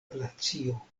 glacio